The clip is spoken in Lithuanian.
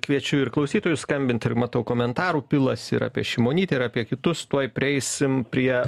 kviečiu ir klausytojus skambint ir matau komentarų pilasi ir apie šimonytę ir apie kitus tuoj prieisim prie